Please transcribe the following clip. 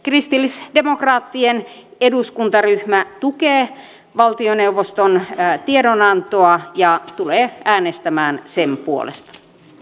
kristillisdemokraattien eduskuntaryhmä tukee valtioneuvoston tiedonantoa ja tulee äänestämään sen puolesta